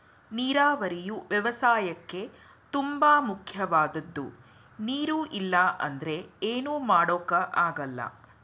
ನೀರಾವರಿಯು ವ್ಯವಸಾಯಕ್ಕೇ ತುಂಬ ಮುಖ್ಯವಾದದ್ದು ನೀರು ಇಲ್ಲ ಅಂದ್ರೆ ಏನು ಮಾಡೋಕ್ ಆಗಲ್ಲ